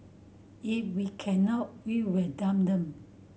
if we cannot we will dump them